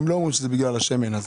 הם לא אומרים שזה בגלל השמן הזה.